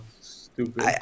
stupid